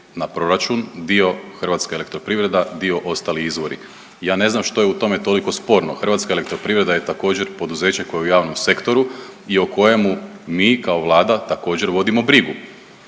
na proračun, dio HEP, dio ostali izvori. Ja ne znam što je u tome koliko sporno, HEP je također, poduzeće koje je u javnom sektoru i o kojemu mi kao Vlada također, vodimo brigu.